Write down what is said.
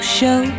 show